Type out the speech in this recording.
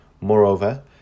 Moreover